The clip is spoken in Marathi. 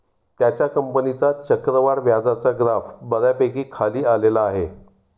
त्याच्या कंपनीचा चक्रवाढ व्याजाचा ग्राफ बऱ्यापैकी खाली आलेला आहे